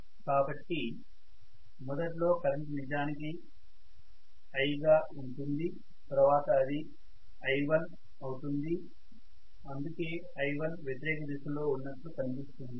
కాబట్టి మొదట్లో కరెంటు నిజానికి I గా ఉంటుంది తర్వాత అది i1అవుతుంది అందుకే i1 వ్యతిరేక దిశ లో ఉన్నట్లు కనిపిస్తుంది